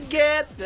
get